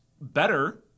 better